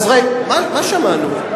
מה שמענו?